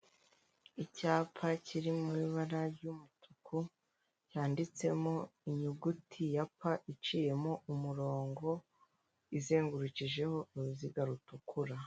Icyapa kiri mu ibara ry'umutuku cyanditsemo inyuguti ya p iciyemo umurongo izengurukijeho uruziga rutukura .